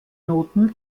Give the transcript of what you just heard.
noten